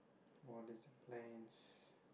what is your plans